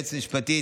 ליועץ המשפטי,